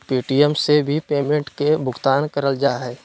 Paytm से भी payment के भुगतान करल जा हय